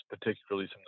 particularly